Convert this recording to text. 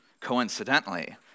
coincidentally